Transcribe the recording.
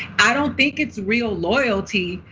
i don't think it's real loyalty.